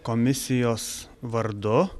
komisijos vardu